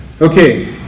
Okay